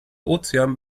ozean